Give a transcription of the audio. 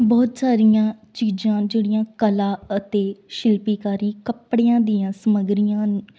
ਬਹੁਤ ਸਾਰੀਆਂ ਚੀਜ਼ਾਂ ਜਿਹੜੀਆਂ ਕਲਾ ਅਤੇ ਸ਼ਿਲਪੀਕਾਰੀ ਕੱਪੜਿਆਂ ਦੀਆਂ ਸਮੱਗਰੀਆਂ